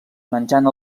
menjant